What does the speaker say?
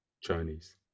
chinese